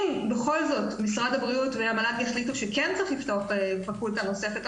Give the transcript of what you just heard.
אם בכל זאת משרד הבריאות והמל"ג יחליטו שכן צריך לפתוח פקולטה נוספת,